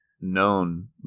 known